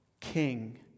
King